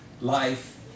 Life